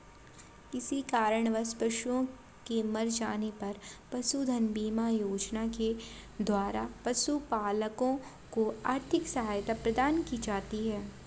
किसी कारणवश पशुओं के मर जाने पर पशुधन बीमा योजना के द्वारा पशुपालकों को आर्थिक सहायता प्रदान की जाती है